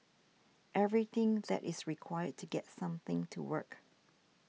everything that is required to get something to work